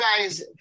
guys